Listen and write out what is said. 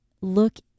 look